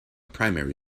primary